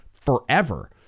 forever